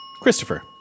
Christopher